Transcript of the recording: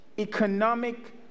economic